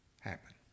happen